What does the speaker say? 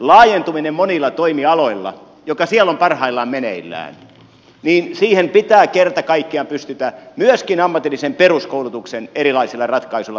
siihen elinkeinotoiminnan laajentumiseen joka siellä on parhaillaan meneillään monilla toimialoilla pitää kerta kaikkiaan pystyä myöskin ammatillisen peruskoulutuksen erilaisilla ratkaisuilla vastaamaan